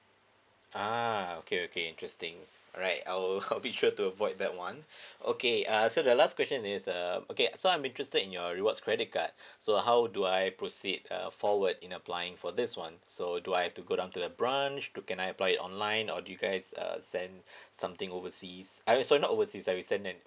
uh okay okay interesting alright I will I'll be sure to avoid that one okay uh so the last question is um okay so I'm interested in your rewards credit card so how do I proceed uh forward in applying for this one so do I have to go down to the branch to can apply it online or do you guys uh send something overseas I also now overseas at recent and